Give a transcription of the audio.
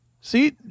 see